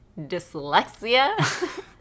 Dyslexia